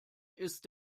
ist